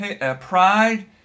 pride